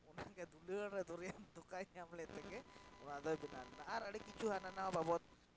ᱚᱱᱟᱜᱮ ᱫᱩᱞᱟᱹᱲ ᱨᱮ ᱜᱚᱵᱷᱤᱨ ᱫᱷᱚᱠᱟᱭ ᱧᱟᱢ ᱞᱮᱫ ᱛᱮᱜᱮ ᱚᱱᱟ ᱫᱚᱭ ᱵᱮᱱᱟᱣ ᱞᱮᱱᱟ ᱟᱨ ᱟᱹᱰᱤ ᱠᱤᱪᱷᱩ ᱦᱟᱱᱟ ᱱᱟᱣᱟ ᱵᱟᱵᱚᱫᱽ